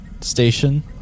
station